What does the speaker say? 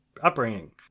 upbringing